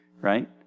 right